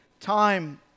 time